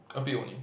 a bit only